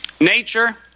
Nature